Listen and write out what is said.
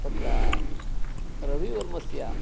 तत्र रविवर्मस्य